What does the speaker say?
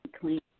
clean